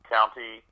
County